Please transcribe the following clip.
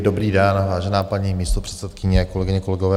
Dobrý den, vážená paní místopředsedkyně, kolegyně, kolegové.